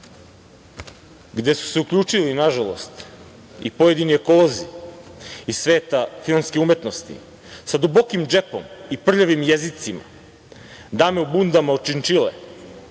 gde su se uključili nažalost i pojedini ekolozi iz sveta filmske umetnosti, sa dubokim džepom i prljavim jezicima, dame u bundama od činčile,